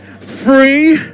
free